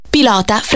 Pilota